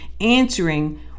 answering